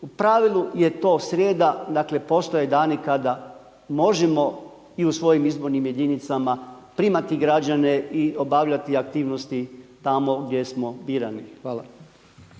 u pravilu je to srijeda, dakle postoje dani kada možemo i u svojim izbornim jedinicama primati građane i obavljati aktivnosti tamo gdje smo birani. Hvala.